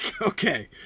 okay